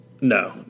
no